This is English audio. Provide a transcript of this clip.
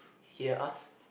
hear us